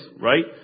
right